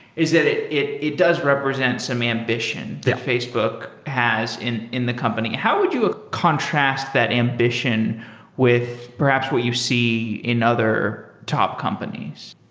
is that it it does represent some ambition that facebook has in in the company. how would you contrast that ambition with perhaps what you see in other top companies?